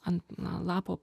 ant na lapo